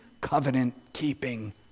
covenant-keeping